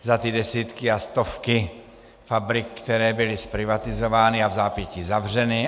Za ty desítky a stovky fabrik, které byly zprivatizovány a vzápětí zavřeny.